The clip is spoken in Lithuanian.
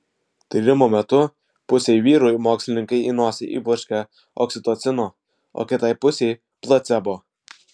tyrimo metu pusei vyrų mokslininkai į nosį įpurškė oksitocino o kitai pusei placebo